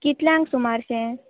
कितल्यांक सुमारशें